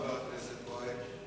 חבר הכנסת כהן,